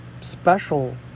special